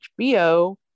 hbo